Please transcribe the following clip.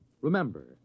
Remember